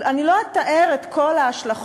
אני לא אתאר את כל ההשלכות,